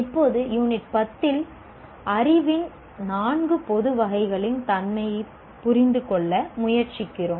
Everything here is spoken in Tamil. இப்போது யூனிட் 10 இல் அறிவின் நான்கு பொது வகைகளின் தன்மையைப் புரிந்துகொள்ள முயற்சிக்கிறோம்